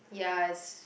ya is